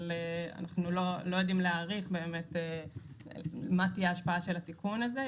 אנחנו לא יודעים להעריך באמת מה תהיה ההשפעה של התיקון הזה.